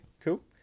cool